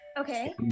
Okay